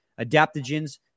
adaptogens